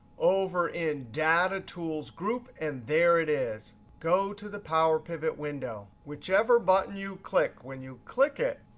over in data tools group, and there it is. go to the power pivot window. whichever button you click, when you click it,